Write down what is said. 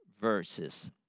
verses